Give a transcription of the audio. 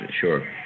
sure